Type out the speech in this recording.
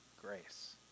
grace